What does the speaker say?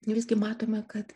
visgi matome kad